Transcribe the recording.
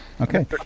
Okay